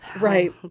Right